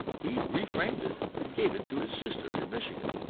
he reframed it and gave it to his sister in michigan,